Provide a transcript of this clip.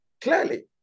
clearly